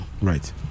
right